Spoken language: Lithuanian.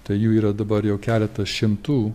tai jų yra dabar jau keleta šimtų